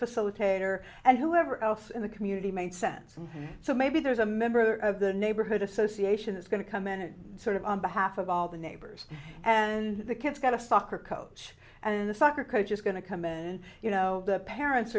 facilitator and whoever else in the community made sense and so maybe there's a member of the neighborhood association is going to come in and sort of on behalf of all the neighbors and the kids got a soccer coach and the soccer coach is going to come in and you know the parents